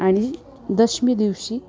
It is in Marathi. आणि दशमी दिवशी